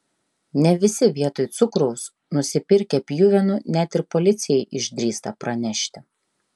ne visi vietoj cukraus nusipirkę pjuvenų net ir policijai išdrįsta pranešti